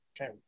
okay